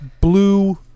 blue